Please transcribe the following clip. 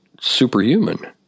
superhuman